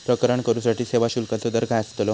प्रकरण करूसाठी सेवा शुल्काचो दर काय अस्तलो?